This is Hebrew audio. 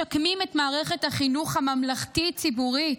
משקמים את מערכת החינוך הממלכתית ציבורית,